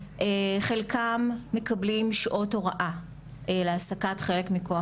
חלקם מקבלים שעות הוראה להעסקת חלק מכוח